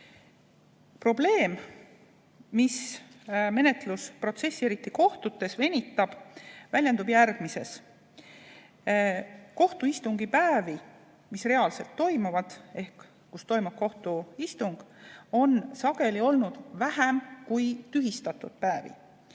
Probleem, mis menetlusprotsessi eriti kohtutes venitab, väljendub järgmises. Kohtuistungi päevi, kui reaalselt toimub kohtuistung, on sageli olnud vähem kui tühistatud päevi.